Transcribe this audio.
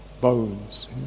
bones